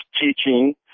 teaching